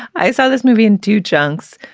i saw this movie in two chunks.